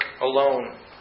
alone